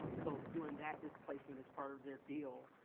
so during that displacement, as part of their deal,